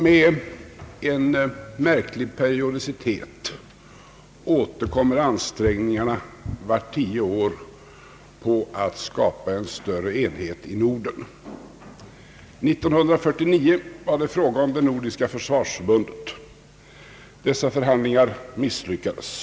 Med en märklig periodicitet återkommer ansträngningarna vart tionde år att skapa en större enhet i Norden. År 1949 var det fråga om det nordiska försvarsförbundet. De förhandlingarna misslyckades.